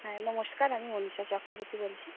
হ্যাঁ নমস্কার আমি মনীষা চক্রবর্তী বলছি